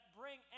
bring